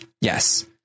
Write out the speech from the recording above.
Yes